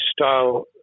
style